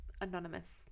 anonymous